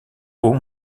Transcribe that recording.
haut